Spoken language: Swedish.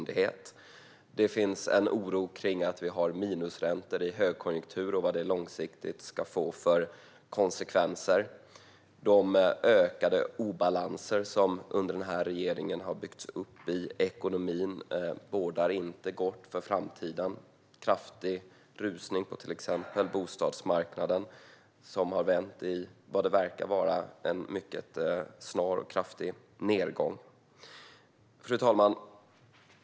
Det finns en oro för att vi har minusräntor i högkonjunktur och vad det långsiktigt ska få för konsekvenser. De ökade obalanser som under denna regering har byggts upp i ekonomin bådar inte gott för framtiden. En kraftig rusning på till exempel bostadsmarknaden har vänt till något som verkar vara en mycket snar och kraftig nedgång. Fru talman!